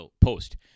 post